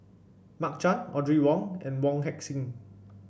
Mark Chan Audrey Wong and Wong Heck Sing